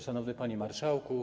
Szanowny Panie Marszałku!